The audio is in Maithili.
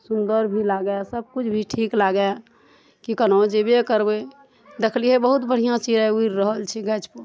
सुन्दर भी लागए सबकिछु भी ठीक लागए की कहलहुॅं जेबे करबै देखलियै बहुत बढ़िऑं चिड़ै उरि रहल छै गाछ पर